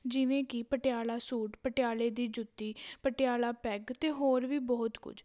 ਜਿਵੇਂ ਕਿ ਪਟਿਆਲਾ ਸੂਟ ਪਟਿਆਲੇ ਦੀ ਜੁੱਤੀ ਪਟਿਆਲਾ ਪੈੱਗ ਅਤੇ ਹੋਰ ਵੀ ਬਹੁਤ ਕੁਝ